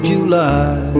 July